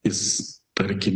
jis tarkim